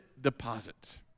deposit